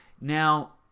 Now